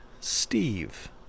Steve